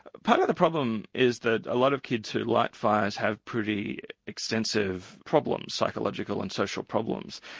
part of the problem is that a lot of kids who light fires have pretty extensive problems, psychological and social problems,